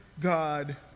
God